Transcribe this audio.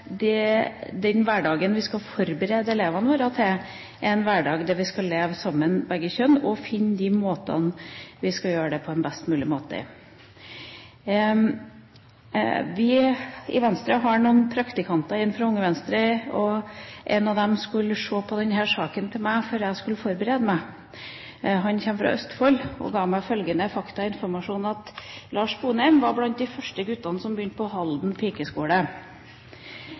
at den hverdagen vi skal forberede elvene våre på, er en hverdag da begge kjønn skal leve sammen, og at vi må gjøre det på en best mulig måte. Vi i Venstre har noen praktikanter inne fra Unge Venstre, og en av dem skulle se på denne saken for meg når jeg skulle forberede meg. Han kommer fra Østfold, og ga meg følgende faktum som informasjon: Lars Sponheim var blant de første guttene som begynte på Halden pikeskole.